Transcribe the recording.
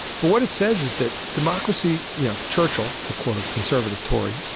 but what it says is that democracy you know, churchill, to quote a conservative tory,